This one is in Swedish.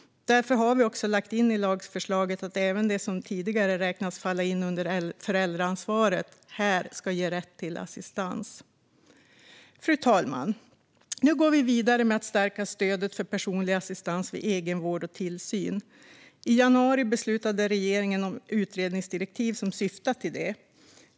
Därför har vi också lagt in i lagförslaget att även det som tidigare räknats falla in under föräldraansvar här ska ge rätt till assistans. Fru talman! Nu går vi vidare med att stärka stödet för personlig assistans vid egenvård och tillsyn. I januari beslutade regeringen om utredningsdirektiv som syftar till detta.